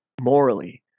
morally